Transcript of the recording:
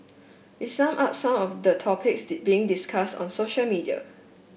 we sum up some of the topics being discussed on social media